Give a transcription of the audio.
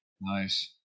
Nice